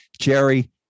Jerry